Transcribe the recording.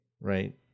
right